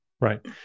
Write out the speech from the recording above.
Right